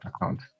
account